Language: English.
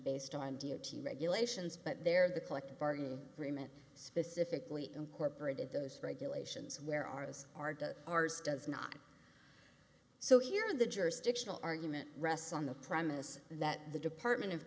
based on duty regulations but there the collective bargaining agreement specifically incorporated those regulations where are those are to ours does not so here in the jurisdictional argument rests on the premise that the department of